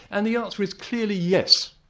and the answer is clearly yes.